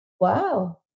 Wow